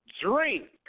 drink